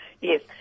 Yes